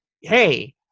hey